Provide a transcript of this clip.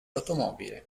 automobile